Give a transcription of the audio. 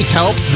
help